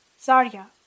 Zarya